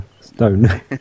stone